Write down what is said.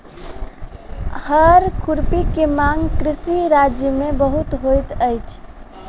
हअर खुरपी के मांग कृषि राज्य में बहुत होइत अछि